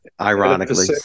ironically